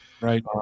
Right